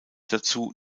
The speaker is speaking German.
dazu